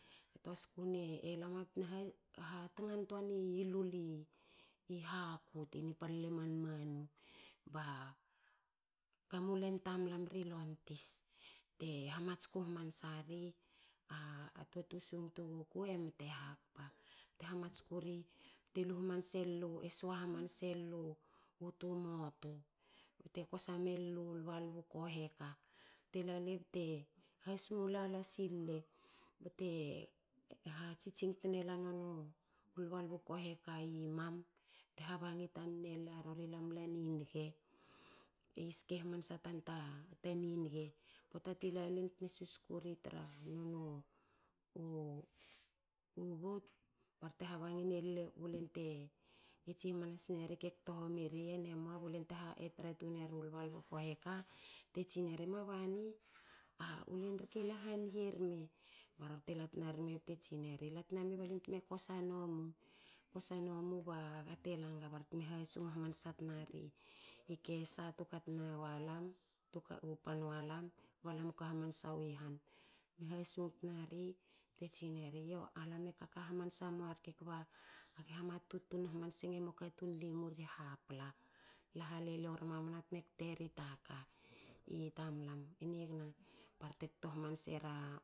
A toa skuna lama bte me hatangan tuani lul haku tin i pal lemanmanu ba kamu len tamlam ri lontis te hamatsku hamansa ri a toa tusung tu guku e mte hakpa. te hamatsku ri te lu hamanse lu. e sua hamanse lu u toa motu bte kosa melu lbalbu kohiaka bte lale bte hasongo lala sile bte ha tsitsing tne la noniu lba lba u kohiaka bte habangi tannin ela. Rori lamla nini ge i ske hamansa tan ta niniga. poata ti lalin btena susku ri tru noniu boat barte habangi nele bu len te tsi hamanasi neri ke kto homi rien emua bu len te tra tuneru lbalbu kohiaka bte tsineri emua bani u elen rke la haniga rme, ba rorte la tna rme bte tsineri. la tna me ba limu te teme kosa nomu. kosa nomu bagate langa. Ba rorte teme hasung hamansa ri kessa tu katna wa lam. tu pan walam kba lam u katna wi han bte me hasung ri. bte tsineri. yo alame e kaka hamansa mua rke kba age hamatut emo katun limu ri hapla. La haleliou rmamana bte me kte ri ta ka itamlam. enigna barte kto hamansera